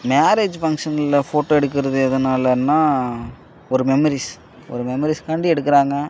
marriage ஃபங்க்ஷனில் photo எடுக்கிறது எதனாலேன்னா ஒரு மெமரிஸ் ஒரு மெமரிஸுக்காண்டி எடுக்கிறாங்க